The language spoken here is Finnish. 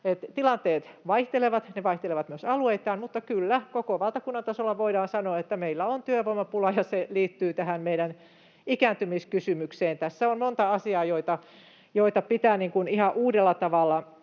Tilanteet vaihtelevat, ne vaihtelevat myös alueittain, mutta kyllä, koko valtakunnan tasolla voidaan sanoa, että meillä on työvoimapula ja se liittyy tähän meidän ikääntymiskysymykseen. Tässä on monta asiaa, joita pitää ihan uudella tavalla